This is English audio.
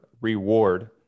reward